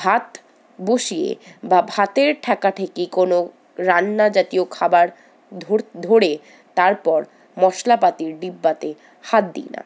ভাত বসিয়ে বা ভাতের ঠেকাঠেকি কোনো রান্না জাতীয় খাবার ধরে তারপর মশলাপাতির ডিব্বাতে হাত দিই না